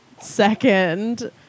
Second